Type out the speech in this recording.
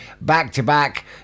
back-to-back